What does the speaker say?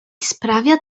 sprawia